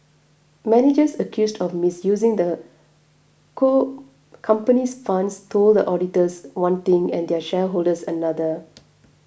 managers accused of misusing the cool comopany's funds told auditors one thing and their shareholders another